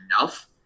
enough